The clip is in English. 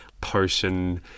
potion